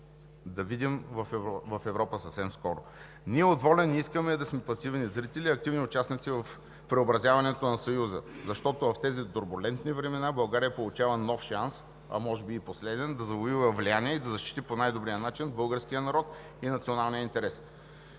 да видим в Европа съвсем скоро. Ние от „Воля“ не искаме да сме пасивни зрители, а активни участници в преобразяването на Съюза, защото в тези турбулентни времена България получава нов шанс, а може би и последен, да завоюва влияние и да защити по най-добрия начин българския народ и националния интерес.